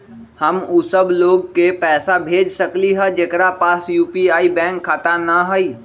हम उ सब लोग के पैसा भेज सकली ह जेकरा पास यू.पी.आई बैंक खाता न हई?